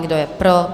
Kdo je pro?